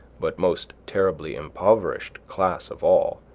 but most terribly impoverished class of all,